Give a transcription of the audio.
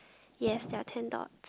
yes there are ten dots